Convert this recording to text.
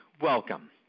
Welcome